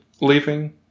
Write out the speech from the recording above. leaving